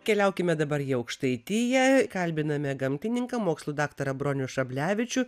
keliaukime dabar į aukštaitiją kalbiname gamtininką mokslų daktarą bronių šablevičių